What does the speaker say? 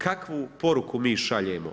Kakvu poruku mi šaljemo?